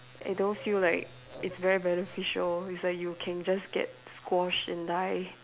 I don't feel like it's very beneficial cause like you can just get squashed and die